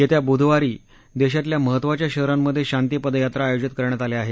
येत्या बुधवारी देशातल्या महत्त्वाच्या शहरांमधे शांती पदयात्रा आयोजित करण्यात आल्या आहेत